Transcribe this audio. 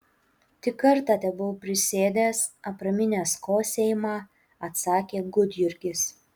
tik kartą tebuvau prisėdęs apraminęs kosėjimą atsakė gudjurgis